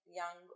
young